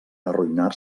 arruïnar